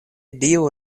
dio